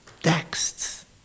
texts